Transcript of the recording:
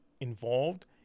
involved